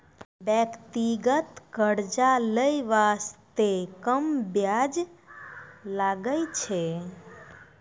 व्यक्तिगत कर्जा लै बासते कम बियाज लागै छै